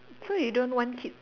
so you don't want kids